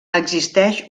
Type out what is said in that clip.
existeix